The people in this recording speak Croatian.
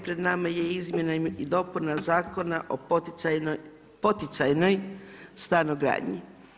Pred nama je izmjena i dopuna Zakona o poticajnoj stanogradnji.